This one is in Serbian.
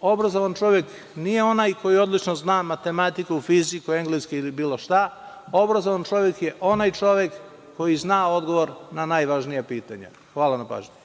obrazovan čovek nije onaj koji odlično zna matematiku, fiziku, engleski ili bilo šta. Obrazovan čovek je onaj čovek koji zna odgovor na najvažnija pitanja. Hvala na pažnji.